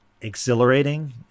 exhilarating